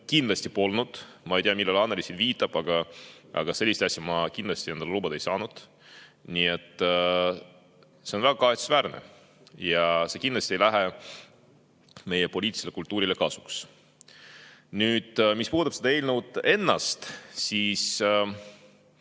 ei ole olnud. Ma ei tea, millele Annely viitab, aga sellist asja ma kindlasti endale lubada ei ole saanud. Nii et see on väga kahetsusväärne ja see kindlasti ei [tule] meie poliitilisele kultuurile kasuks. Mis puudutab eelnõu ennast, siis